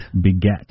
Beget